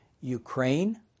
Ukraine